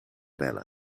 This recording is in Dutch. bellen